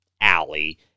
alley